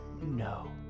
no